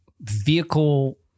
vehicle